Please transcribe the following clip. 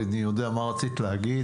אני יודע מה רצית להגיד,